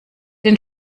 den